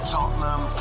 Tottenham